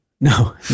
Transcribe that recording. No